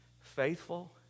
Faithful